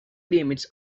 limits